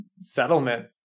settlement